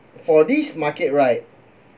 for this market right